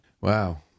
Wow